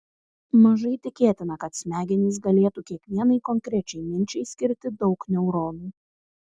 mažai tikėtina kad smegenys galėtų kiekvienai konkrečiai minčiai skirti daug neuronų